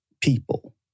people